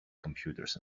computers